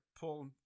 Pull